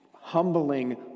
Humbling